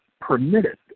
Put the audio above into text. permitted